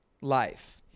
life